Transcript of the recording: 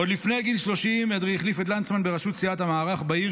עוד לפני גיל 30 אדרי החליף את לנדסמן בראשות סיעת המערך בעיר,